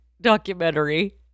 documentary